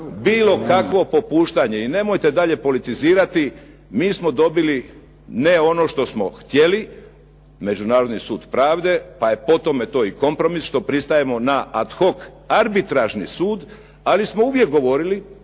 bilo kakvo popuštanje i nemojte dalje politizirati. Mi smo dobili ne ono što smo htjeli, Međunarodni sud pravde, pa je po tome to i kompromis što pristajemo na ad hoc arbitražni sud, ali smo uvijek govorili